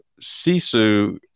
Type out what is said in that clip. Sisu